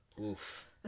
oof